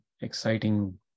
exciting